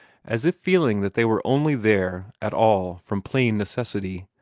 as if feeling that they were only there at all from plain necessity,